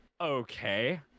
okay